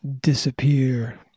disappear